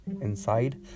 Inside